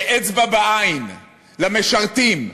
זה אצבע בעין למשרתים.